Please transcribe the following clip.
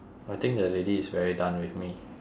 I think the lady is very done with me